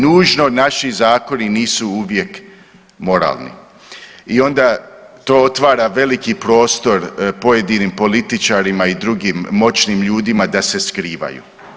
Nužno naši zakoni nisu uvijek moralni i onda to otvara veliki prostor pojedinim političarima i drugim moćnim ljudima da se skrivaju.